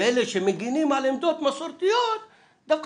ואלה שמגינים על עמדות מסורתיות דווקא